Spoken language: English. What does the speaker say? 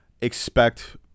Expect